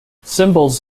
symbols